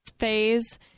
phase